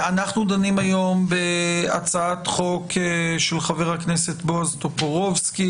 אנחנו דנים היום בהצעת חוק של חבר הכנסת בועז טופורובסקי,